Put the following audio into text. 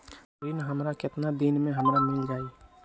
ऋण हमर केतना दिन मे हमरा मील जाई?